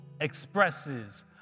expresses